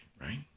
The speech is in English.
right